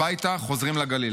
הביתה, חוזרים לגליל.